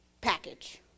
package